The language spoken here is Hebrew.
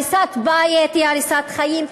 הריסת בית היא הריסת חיים,